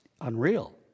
Unreal